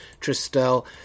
Tristel